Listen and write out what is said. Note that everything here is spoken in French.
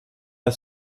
pas